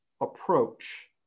approach